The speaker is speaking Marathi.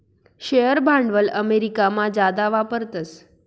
शेअर भांडवल अमेरिकामा जादा वापरतस